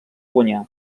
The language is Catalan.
guanyar